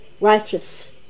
righteous